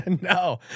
No